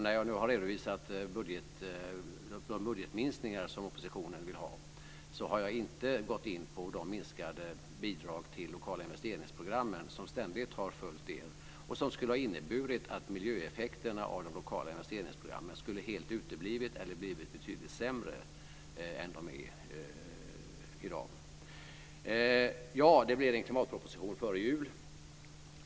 När jag nu redovisat de budgetminskningar som oppositionen vill ha har jag inte gått in på de minskade bidrag till lokala investeringsprogram som ständigt har följt er och som skulle ha inneburit att miljöeffekterna av de lokala investeringsprogrammen helt hade uteblivit eller blivit betydligt sämre än de i dag är. Slutligen: Ja, det blir en klimatproposition före jul.